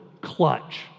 clutch